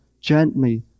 gently